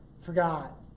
Forgot